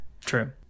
True